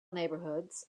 neighborhoods